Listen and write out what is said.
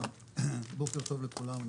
בוקר טוב לכולם.